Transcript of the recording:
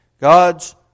God's